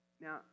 Now